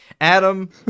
Adam